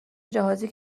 جهازی